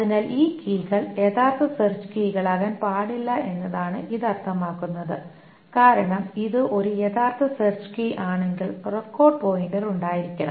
അതിനാൽ ഈ കീകൾ യഥാർത്ഥ സെർച്ച് കീകളാകാൻ പാടില്ല എന്നതാണ് ഇത് അർത്ഥമാക്കുന്നത് കാരണം ഇത് ഒരു യഥാർത്ഥ സെർച്ച് കീ ആണെങ്കിൽ റെക്കോർഡ് പോയിന്റർ ഉണ്ടായിരിക്കണം